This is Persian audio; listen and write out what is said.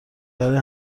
برای